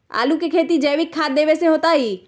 आलु के खेती जैविक खाध देवे से होतई?